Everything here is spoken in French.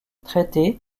traitée